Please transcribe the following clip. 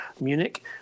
Munich